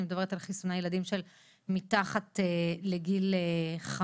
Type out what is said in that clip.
אני מדברת על חיסוני ילדים שמתחת לגיל חמש.